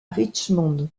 richmond